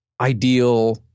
ideal